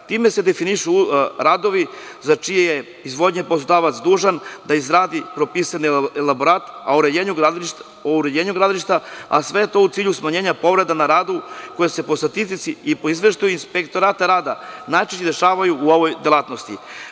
Time se definišu radovi za čije izvođenje je poslodavac dužan da izradi propisan elaborat o uređenju gradilišta, a sve u cilju smanjenja povreda na radu koje se po statistici i po izveštaju Inspektorata rada najčešće dešavaju u ovoj delatnosti.